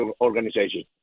organization